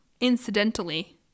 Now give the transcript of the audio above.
incidentally